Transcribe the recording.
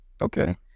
Okay